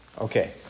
Okay